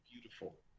beautiful